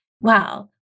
wow